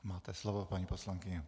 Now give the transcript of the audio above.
Máte slovo, paní poslankyně.